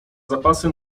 zapasy